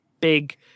big